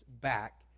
back